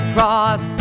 Cross